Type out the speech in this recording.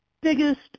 biggest